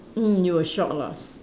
mm you were shocked lah